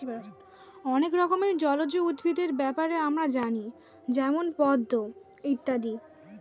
অনেক রকমের জলজ উদ্ভিদের ব্যাপারে আমরা জানি যেমন পদ্ম ইত্যাদি